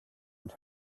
and